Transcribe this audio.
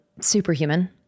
Superhuman